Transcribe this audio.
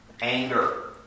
Anger